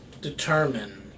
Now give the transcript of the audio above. determine